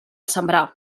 sembrar